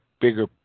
bigger